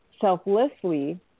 selflessly